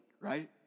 right